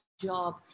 job